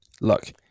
look